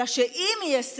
אלא שאם יהיה סגר,